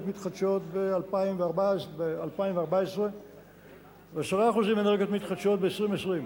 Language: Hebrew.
מתחדשות ב-2014 ו-10% אנרגיות מתחדשות ב-2020.